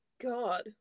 God